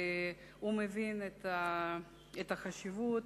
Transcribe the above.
והוא מבין את חשיבות